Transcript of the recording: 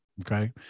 Okay